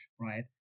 right